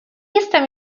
jestem